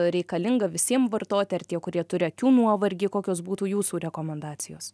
reikalinga visiem vartoti ar tie kurie turi akių nuovargį kokios būtų jūsų rekomendacijos